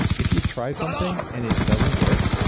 if you try something and it doesn't work,